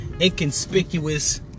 inconspicuous